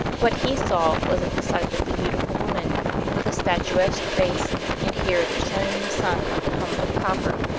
what he saw was a decidedly beautiful woman with a statuesque face and hair that shone in the sun like a helmet of copper.